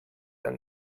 ein